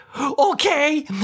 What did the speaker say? Okay